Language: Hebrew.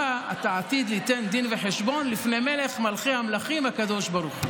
אתה עתיד ליתן דין וחשבון לפני מלך מלכי המלכים הקדוש ברוך הוא".